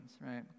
right